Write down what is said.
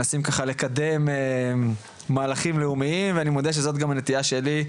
מנסים ככה לקדם מהלכים לאומיים ואני מודה שזו גם הנטייה שלי,